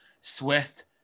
Swift